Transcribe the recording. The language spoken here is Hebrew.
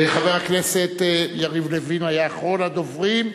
חבר הכנסת יריב לוין היה האחרון הדוברים.